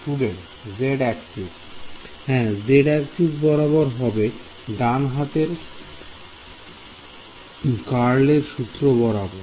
Student Z axis হ্যাঁ z axis বরাবর হবে ডান হাতের কারল এর সূত্র বরাবর